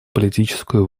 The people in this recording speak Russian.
политическую